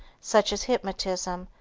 such as hypnotism,